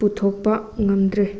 ꯄꯨꯊꯣꯛꯄ ꯉꯝꯗ꯭ꯔꯦ